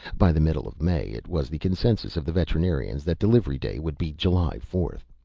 by the middle of may, it was the consensus of the veterinarians that delivery day would be july fourth.